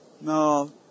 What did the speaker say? No